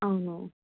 అవును